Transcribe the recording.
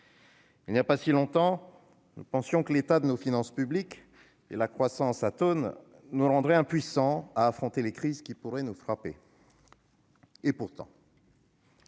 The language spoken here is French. Il n'y a pas si longtemps, nous pensions que l'état de nos finances pudiques et la croissance atone nous rendraient impuissants à affronter les crises qui pourraient nous frapper. Et pourtant